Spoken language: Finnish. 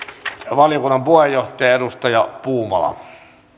valiokunnan puheenjohtaja edustaja puumala